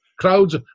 Crowds